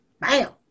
Bam